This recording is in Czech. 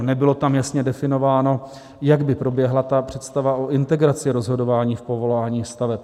Nebylo tam jasně definováno, jak by proběhla představa o integraci rozhodování v povolování staveb.